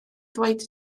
ddweud